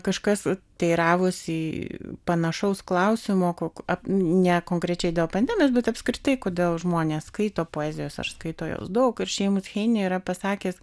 kažkas teiravosi panašaus klausimo ko ne konkrečiai dėl pandemijos bet apskritai kodėl žmonės skaito poezijos ar skaito jos daug ir šeimus heini yra pasakęs